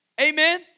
Amen